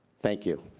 thank you.